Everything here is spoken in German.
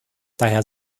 daher